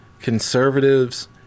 conservatives